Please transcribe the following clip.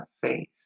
face